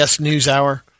Newshour